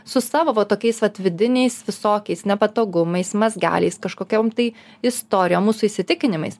su savo va tokiais vat vidiniais visokiais nepatogumais mazgeliais kažkokiom tai istorijom mūsų įsitikinimais